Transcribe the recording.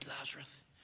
Lazarus